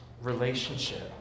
relationship